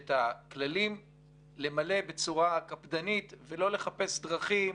את הכללים למלא בצורה קפדנית ולא לחפש דרכים